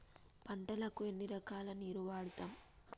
పంటలకు ఎన్ని రకాల నీరు వాడుతం?